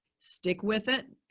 stick with it,